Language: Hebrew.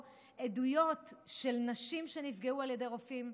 עדויות של נשים שנפגעו על ידי רופאים,